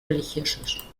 religiosos